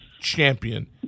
champion